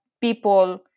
people